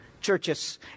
churches